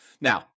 Now